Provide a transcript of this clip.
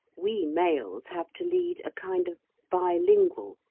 we males have to lead a kind of bi-lingual,